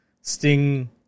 Sting